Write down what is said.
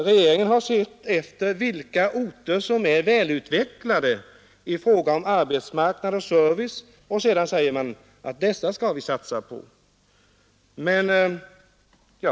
Regeringen vill satsa på de orter som är väl utvecklade i fråga om arbetsmarknad och service.